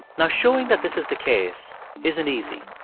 now, showing that this is the case isn't easy.